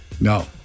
No